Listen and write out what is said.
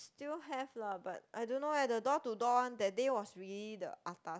still have lah but I don't know leh the door to door one that day was really the atas